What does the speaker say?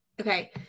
okay